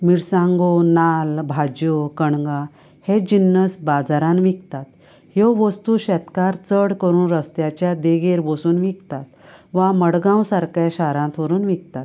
मिरसांगो नाल्ल भाज्ज्यो कणगां हे जिन्नस बाजारान विकतात ह्यो वस्तू शेतकार चड करून रस्त्याच्या देगेर बोसून विकता वा मडगांव सारक्या शारांत व्होरोन विकतात